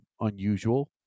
unusual